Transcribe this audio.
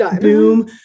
Boom